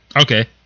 okay